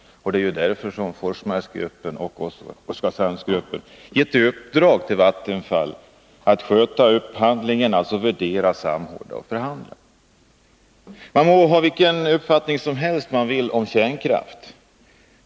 Det är därför som Forsmarksgruppen och Oskarshamnsgruppen gett Vattenfall i uppdrag att sköta upphandlingen, dvs. värdera, samordna och förhandla. Man må ha vilken uppfattning som helst om kärnkraften.